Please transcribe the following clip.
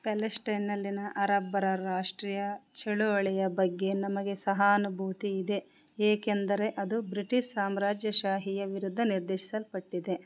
ಪ್ಯಲೆಸ್ಟೈನ್ನಲ್ಲಿನ ಅರಬ್ಬರ ರಾಷ್ಟ್ರೀಯ ಚಳುವಳಿಯ ಬಗ್ಗೆ ನಮಗೆ ಸಹಾನುಭೂತಿ ಇದೆ ಏಕೆಂದರೆ ಅದು ಬ್ರಿಟಿಷ್ ಸಾಮ್ರಾಜ್ಯ ಶಾಹಿಯ ವಿರುದ್ಧ ನಿರ್ದೇಶಿಸಲ್ಪಟ್ಟಿದೆ